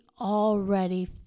already